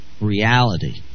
reality